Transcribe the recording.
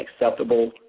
acceptable